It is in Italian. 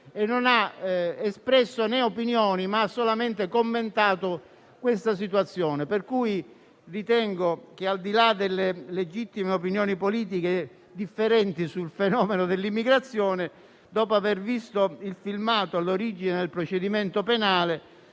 e non ha espresso opinioni, ma ha solamente commentato la situazione. Ritengo quindi che, al di là delle legittime opinioni politiche differenti sul fenomeno dell'immigrazione, dopo aver visto il filmato all'origine del procedimento penale,